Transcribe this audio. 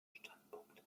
standpunkt